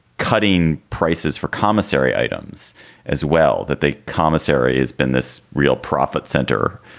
cutting prices for commissary items as. well, that the commissary has been this real profit center,